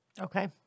Okay